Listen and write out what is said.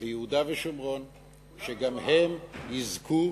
ביהודה ושומרון, וגם הם יזכו,